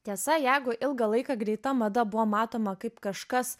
tiesa jeigu ilgą laiką greita mada buvo matoma kaip kažkas